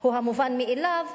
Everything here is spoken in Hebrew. הם המובן מאליו,